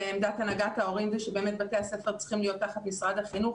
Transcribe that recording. עמדת הנהגת ההורים זה שבאמת בתי הספר צריכים להיות תחת משרד החינוך,